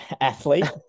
athlete